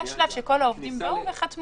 כשאתה עורך פסטיבל, אנשים באים והם עומדים